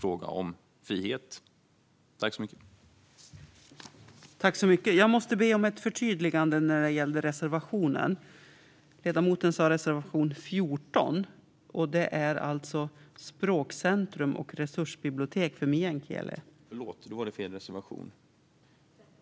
Förlåt, då var det fel reservation. Det ska vara reservation 13.